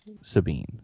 Sabine